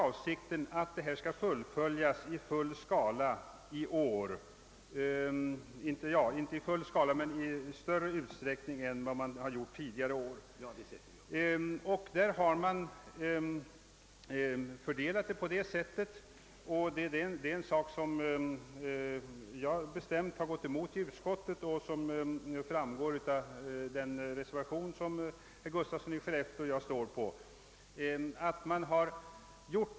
Avsikten är nu att dessa indragningar skall ske i större utsträckning i år än tidigare, och den fördelning av beslutsfattandet som härvid tillämpas har jag mycket bestämt gått emot i utskottet. Detta framgår av den reservation som herr Gustafsson i Skellefteå och jag står för.